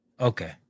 Okay